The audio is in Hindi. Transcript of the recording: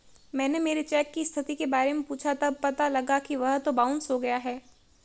मैंने मेरे चेक की स्थिति के बारे में पूछा तब पता लगा कि वह तो बाउंस हो गया है